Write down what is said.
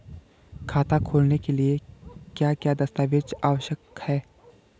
खाता खोलने के लिए क्या क्या दस्तावेज़ आवश्यक हैं?